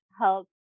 help